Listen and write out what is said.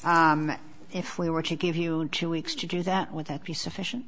if we were to give you two weeks to do that with that be sufficient